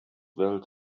well